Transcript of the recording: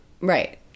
right